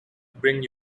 bring